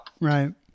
Right